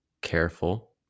careful